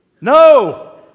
No